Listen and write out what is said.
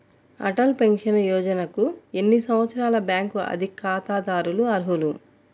Atal pension యోజనకు ఎన్ని సంవత్సరాల బ్యాంక్ ఖాతాదారులు అర్హులు?